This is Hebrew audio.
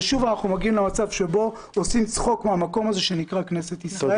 ושוב אנחנו מגיעים למצב שבו עושים צחוק מהמקום הזה שנקרא כנסת ישראל.